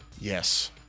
Yes